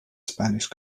spanish